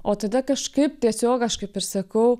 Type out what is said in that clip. o tada kažkaip tiesiog aš kaip ir sakau